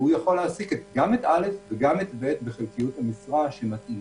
והוא יכול להעסיק גם את א' וגם את ב' בחלקיות המשרה שמתאימה.